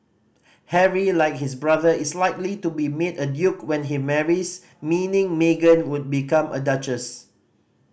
Harry like his brother is likely to be made a duke when he marries meaning Meghan would become a duchess